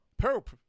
pope